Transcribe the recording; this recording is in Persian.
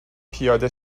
پیاده